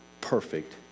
perfect